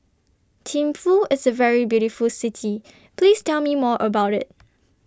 Thimphu IS A very beautiful City Please Tell Me More about IT